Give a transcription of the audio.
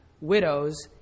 widows